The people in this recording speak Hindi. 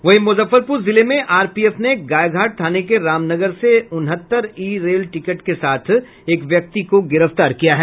वहीं मुजफ्फरपुर जिले में आरपीएफ ने गायघाट थाने के रामनगर से उनहत्तर ई रेल टिकट के साथ एक व्यक्ति को गिरफ्तार किया है